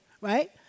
right